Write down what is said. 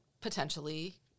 potentially